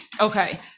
Okay